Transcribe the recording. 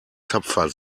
tapfer